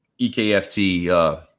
EKFT